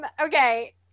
okay